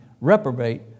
reprobate